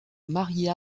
marie